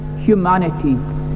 humanity